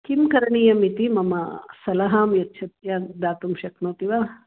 किं करणीयमिति मम सलहां यच्छत्य दातुं शक्नोति वा